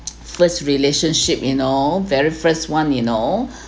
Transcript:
first relationship you know very first one you know